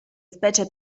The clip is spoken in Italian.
specie